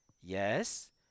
Yes